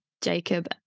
Jacob